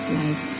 life